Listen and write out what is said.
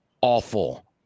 awful